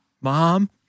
mom